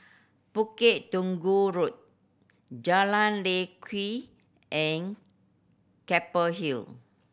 Bukit Tunggal Road Jalan Lye Kwee and Keppel Hill